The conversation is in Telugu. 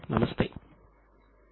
నమస్తే